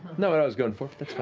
not what i was going for,